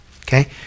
Okay